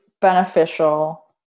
beneficial